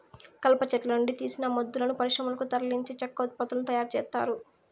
కలప చెట్ల నుండి తీసిన మొద్దులను పరిశ్రమలకు తరలించి చెక్క ఉత్పత్తులను తయారు చేత్తారు